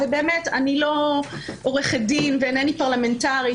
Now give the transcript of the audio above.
ובאמת אינני עורכת דין ואינני פרלמנטרית,